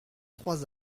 trois